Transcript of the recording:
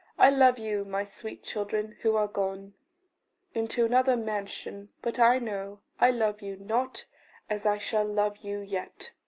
i love you, my sweet children, who are gone into another mansion but i know i love you not as i shall love you yet.